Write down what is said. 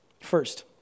first